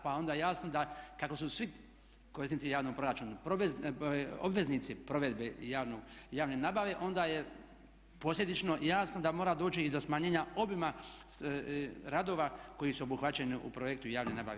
Pa je onda jasno da kako su svi korisnici javnog proračuna, obveznici provedbe javne nabave onda je posljedično jasno da mora doći i do smanjenja obima radova koji su obuhvaćeni u projektu javne nabave.